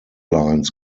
lines